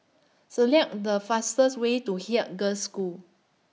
Select The fastest Way to Haig Girls' School